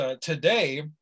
today